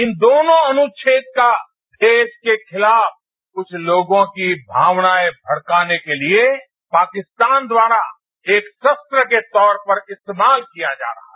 इन दोनों अनुच्छेद का देशके खिलाफ कुछ लोगों की भावनाएं भड़काने के लिए पाकिस्तान द्वारा एक शस्त्र के तौरपर इस्तेमाल किया जा रहा था